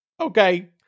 Okay